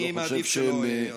אני מעדיף שלא, אדוני.